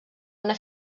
una